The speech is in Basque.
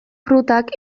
frutak